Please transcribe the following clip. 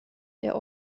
der